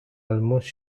almost